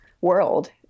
world